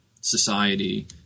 society